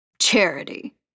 Charity